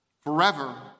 forever